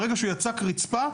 ברגע שהוא יצק רצפה,